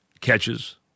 catches